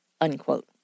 unquote